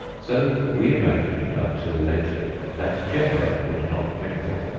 so we imagined until lately that genera would not mingle.